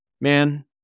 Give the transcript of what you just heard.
man